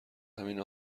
همین